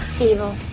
Evil